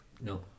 no